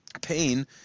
Pain